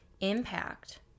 impact